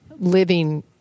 living